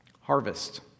Harvest